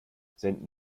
senden